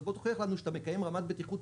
אז בוא תוכיח לנו שאתה מקיים רמת בטיחות